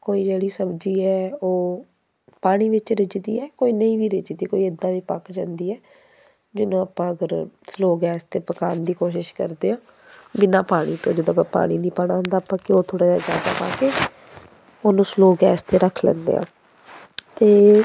ਕੋਈ ਜਿਹੜੀ ਸਬਜ਼ੀ ਹੈ ਉਹ ਪਾਣੀ ਵਿੱਚ ਰਿੱਝਦੀ ਹੈ ਕੋਈ ਨਹੀਂ ਵੀ ਰਿੱਝਦੀ ਕੋਈ ਇੱਦਾਂ ਵੀ ਪੱਕ ਜਾਂਦੀ ਹੈ ਜਿਹਨੂੰ ਆਪਾਂ ਅਗਰ ਸਲੋਅ ਗੈਸ 'ਤੇ ਪਕਾਉਣ ਦੀ ਕੋਸ਼ਿਸ਼ ਕਰਦੇ ਆਂ ਬਿਨਾਂ ਪਾਣੀ ਤੋਂ ਜਦੋਂ ਆਪਾਂ ਪਾਣੀ ਨਹੀਂ ਪਾਉਣਾ ਹੁੰਦਾ ਆਪਾਂ ਘਿਓ ਥੋੜ੍ਹਾ ਜਿਹਾ ਜ਼ਿਆਦਾ ਪਾ ਕੇ ਉਹਨੂੰ ਸਲੋਅ ਗੈਸ 'ਤੇ ਰੱਖ ਲੈਂਦੇ ਹਾਂ ਅਤੇ